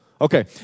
Okay